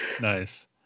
Nice